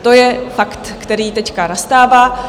To je fakt, který teď nastává.